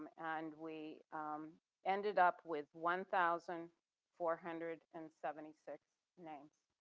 and we ended up with one thousand four hundred and seventy six names.